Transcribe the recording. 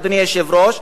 אדוני היושב-ראש,